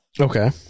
Okay